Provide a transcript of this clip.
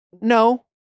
No